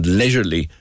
leisurely